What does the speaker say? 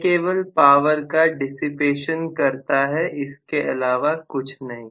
यह केवल पावर का डिसिपेशन करता है इसके अलावा कुछ नहीं